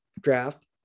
draft